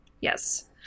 Yes